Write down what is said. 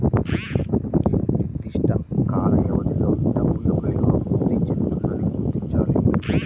నిర్దిష్ట కాల వ్యవధిలో డబ్బు యొక్క విలువ వృద్ధి చెందుతుందని గుర్తించాలి